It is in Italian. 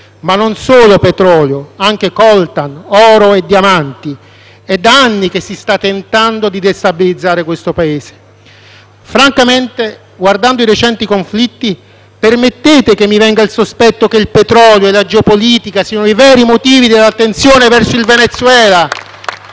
Ma non solo petrolio: anche coltan, oro e diamanti. È da anni che si sta tentando di destabilizzare questo Paese. Francamente, guardando i recenti conflitti, permettete che mi venga il sospetto che il petrolio e la geopolitica siano i veri motivi dell'attenzione verso il Venezuela?